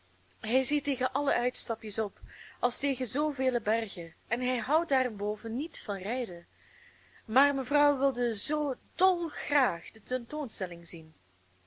hij ziet tegen alle uitstapjes op als tegen zoovele bergen en hij houdt daarenboven niet van rijden maar mevrouw wilde zoo dolgraag de tentoonstelling zien